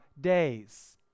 days